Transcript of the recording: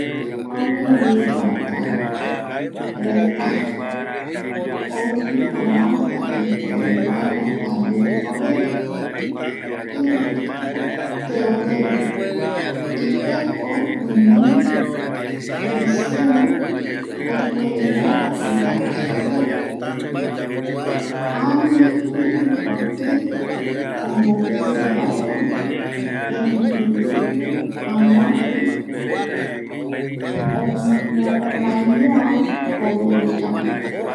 Avion guiroata reta oupi palanca ipuere vaera ndaye oveve iváate oveve ipepeo guinoi presion ipuere vaera ivate oveve v, ani ivikoti ovevevaera erei ivitu amoape omaiñoa oveve kavi.